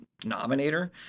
denominator